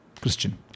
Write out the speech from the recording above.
Christian